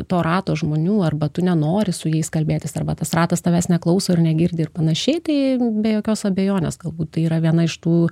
to rato žmonių arba tu nenori su jais kalbėtis arba tas ratas tavęs neklauso ir negirdi ir panašiai tai be jokios abejonės galbūt tai yra viena iš tų